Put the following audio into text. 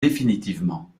définitivement